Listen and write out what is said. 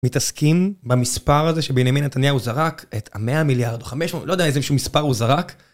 מתעסקים במספר הזה שבנימין נתניהו זרק את ה-100 מיליארד או 500 לא יודע איזשהו מספר הוא זרק